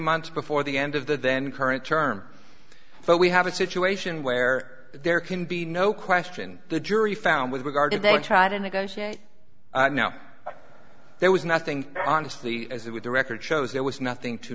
months before the end of the then current term but we have a situation where there can be no question the jury found with regard to the try to negotiate now there was nothing honestly as with the record shows there was nothing to